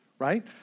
right